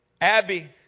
Abby